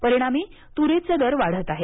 परिणामी तुरीचे दर वाढत आहेत